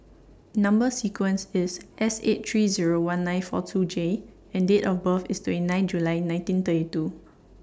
Number sequence IS S eight three Zero one nine four two J and Date of birth IS twenty nine July nineteen thirty two